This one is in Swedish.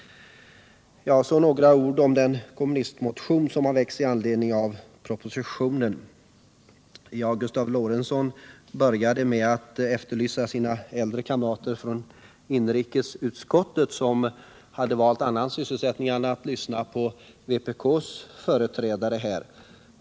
Så några ord om den vpk-motion som har väckts i anledning av propositionen. Gustav Lorentzon började med att efterlysa sina äldre kamrater från inrikesutskottet som hade valt annan sysselsättning än att lyssna på vpk:s företrädare.